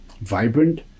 vibrant